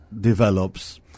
develops